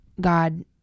God